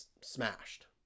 smashed